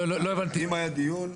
אם היה דיון.